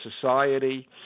society